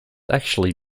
actually